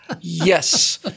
Yes